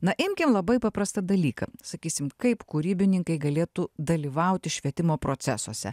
na imkim labai paprastą dalyką sakysim kaip kuribininkai galėtų dalyvauti švietimo procesuose